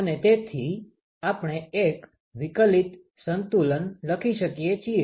અને તેથી આપણે એક વિકલીત સંતુલન લખી શકીએ છીએ